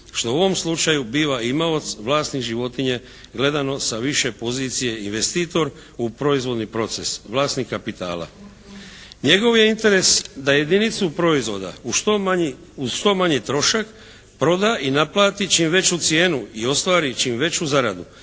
što u ovom slučaju biva imaoc vlasnik životinje gledano sa više pozicije investitor u proizvodni proces, vlasnik kapitala. Njegov je interes da jedinicu proizvoda uz što manji trošak proda i naplati čim veću cijenu i ostvari čim veću zaradu.